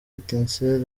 etincelles